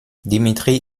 dmitri